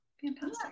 Fantastic